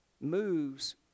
moves